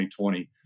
2020